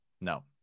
No